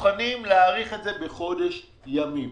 מוכנים להאריך את זה בחודש ימים.